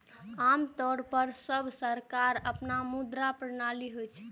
आम तौर पर सब सरकारक अपन मुद्रा प्रणाली होइ छै